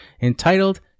entitled